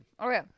Okay